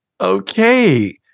okay